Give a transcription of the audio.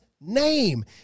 name